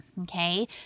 Okay